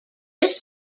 this